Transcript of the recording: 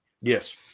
Yes